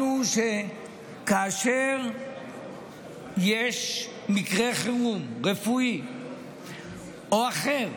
הוא שכאשר יש מקרה חירום רפואי או אחר,